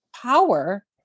power